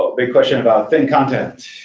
ah big question about thin content